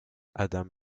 adam